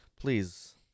please